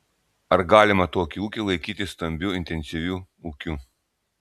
ar galima tokį ūkį laikyti stambiu intensyviu ūkiu